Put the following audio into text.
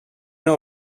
know